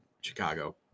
chicago